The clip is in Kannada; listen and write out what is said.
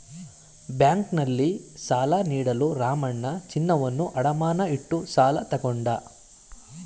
ಬ್ಯಾಂಕ್ನಲ್ಲಿ ಸಾಲ ನೀಡಲು ರಾಮಣ್ಣ ಚಿನ್ನವನ್ನು ಅಡಮಾನ ಇಟ್ಟು ಸಾಲ ತಗೊಂಡ